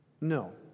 No